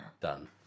Done